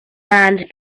sand